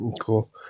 Cool